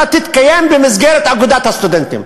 תתקיים במסגרת אגודת הסטודנטים.